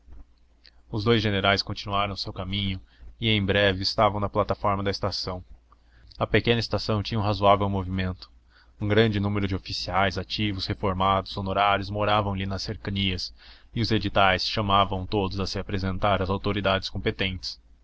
os dous generais continuaram o seu caminho e em breve estavam na plataforma da estação a pequena estação tinha um razoável movimento um grande número de oficiais ativos reformados honorários moravam lhe nas cercanias e os editais chamavam todos a se apresentar às autoridades competentes